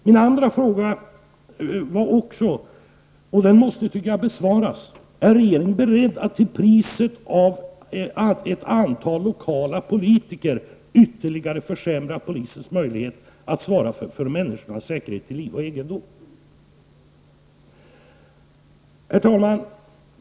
Min andra fråga, som också måste besvaras, löd: Är regeringen beredd att till priset av ett antal lokala politiker ytterligare försämra polisens möjligheter att svara för människornas säkerhet till liv och egendom? Herr talman!